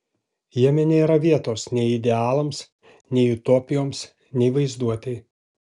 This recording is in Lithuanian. jame nėra vietos nei idealams nei utopijoms nei vaizduotei